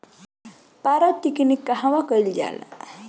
पारद टिक्णी कहवा कयील जाला?